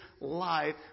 life